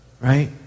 right